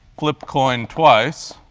flip coin twice,